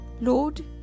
Lord